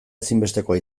ezinbestekoa